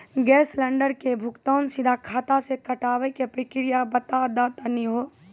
Gas cylinder के भुगतान सीधा खाता से कटावे के प्रक्रिया बता दा तनी हो?